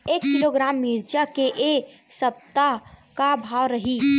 एक किलोग्राम मिरचा के ए सप्ता का भाव रहि?